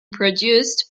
produced